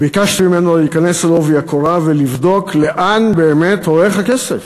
ביקשתי ממנו להיכנס בעובי הקורה ולבדוק לאן באמת הולך הכסף.